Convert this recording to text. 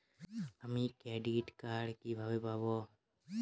আমি credit card কিভাবে পাবো?